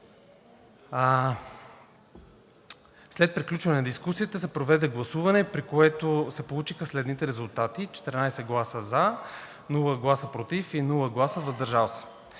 След приключване на дискусията се проведе гласуване, при което се получиха следните резултати: 14 гласа за, без против и въздържали се.